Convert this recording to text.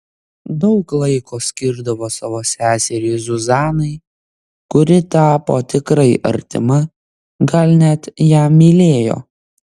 daug laiko skirdavo savo seseriai zuzanai kuri tapo tikrai artima gal net ją mylėjo